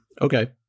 Okay